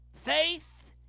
Faith